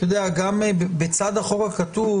בצד החוק הכתוב,